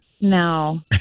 No